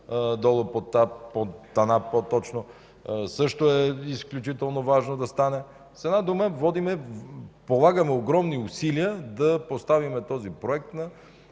ли го да мине по ТАНАП, също е изключително важно да стане. С една дума полагаме огромни усилия да поставим този проект на